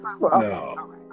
no